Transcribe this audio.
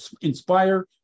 inspire